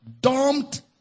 Dumped